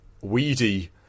weedy